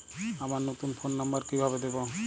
আমার নতুন phone number কিভাবে দিবো?